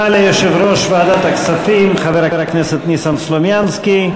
ליושב-ראש ועדת הכספים חבר הכנסת ניסן סלומינסקי.